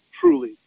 truly